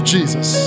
Jesus